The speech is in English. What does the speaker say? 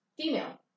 female